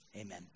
amen